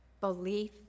belief